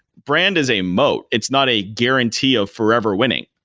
brand is a mote. it's not a guarantee of forever winning.